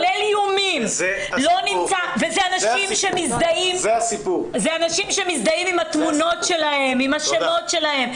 ואלה אנשים שמזדהים עם התמונות שלהם ועם השמות שלהם.